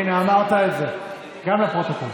הינה, אמרת את זה גם לפרוטוקול.